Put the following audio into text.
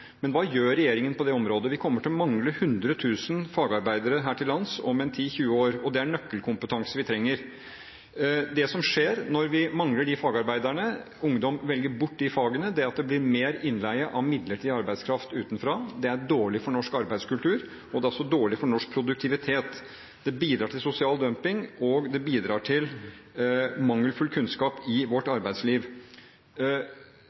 Men hva gjør regjeringen på det området? Vi kommer til å mangle 100 000 fagarbeidere her til lands om en 10–20 år, og det er nøkkelkompetanse vi trenger. Det som skjer når vi mangler de fagarbeiderne, og ungdom velger bort disse fagene, er at det blir mer innleie av midlertidig arbeidskraft utenfra. Det er dårlig for norsk arbeidskultur, og det er også dårlig for norsk produktivitet. Det bidrar til sosial dumping, og det bidrar til mangelfull kunnskap i vårt